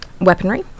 weaponry